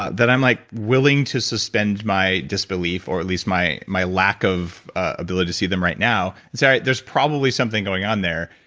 ah that i'm like willing to suspend my disbelief or at least my my lack of ability to see them right now. all right, there's probably something going on there.